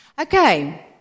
Okay